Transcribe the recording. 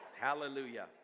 hallelujah